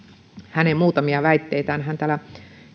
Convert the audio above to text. hänen väitteitään hän täällä